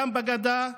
גם בגדה,